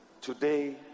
today